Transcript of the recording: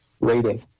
rating